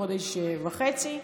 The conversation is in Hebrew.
חודש וחצי,